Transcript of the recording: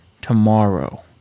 Tomorrow